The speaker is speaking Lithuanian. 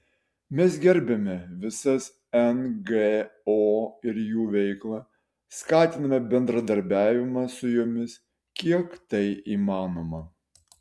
mes gerbiame visas ngo ir jų veiklą skatiname bendradarbiavimą su jomis kiek tai įmanoma